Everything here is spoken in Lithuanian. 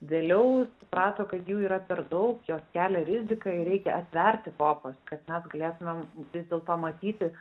vėliau suprato kad jų yra per daug jos kelia riziką ir reikia atverti kopas kad mes galėtumėm vis dėlto matyti